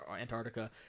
Antarctica